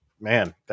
man